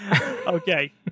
Okay